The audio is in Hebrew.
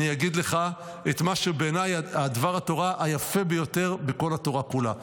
אני אגיד לך את מה שבעיניי הוא דבר התורה היפה ביותר בכל התורה כולה.